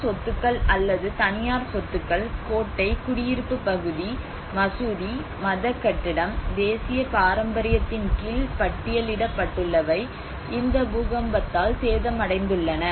அரசு சொத்துக்கள் அல்லது தனியார் சொத்துக்கள் கோட்டை குடியிருப்பு பகுதி மசூதி மதக் கட்டடம் தேசிய பாரம்பரியத்தின் கீழ் பட்டியலிடப்பட்டுள்ளவை இந்த பூகம்பத்தால் சேதமடைந்துள்ளன